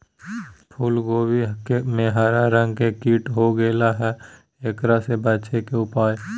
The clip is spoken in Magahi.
फूल कोबी में हरा रंग के कीट हो गेलै हैं, एकरा से बचे के उपाय?